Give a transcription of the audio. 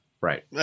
Right